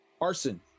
arson